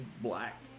black